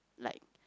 like